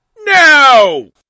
No